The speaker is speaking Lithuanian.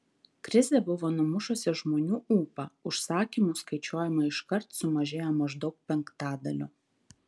krizė buvo numušusi žmonių ūpą užsakymų skaičiuojama iškart sumažėjo maždaug penktadaliu